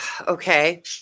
Okay